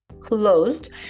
Closed